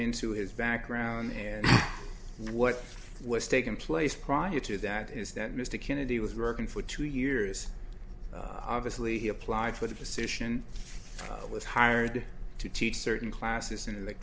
into his background and what was taking place prior to that is that mr kennedy was working for two years obviously he applied for the position was hired to teach certain classes and